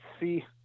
see